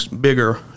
bigger